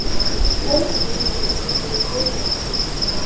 मूंग के खेती कइसे होथे?